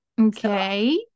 Okay